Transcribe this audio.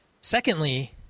Secondly